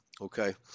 okay